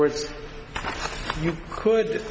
words you could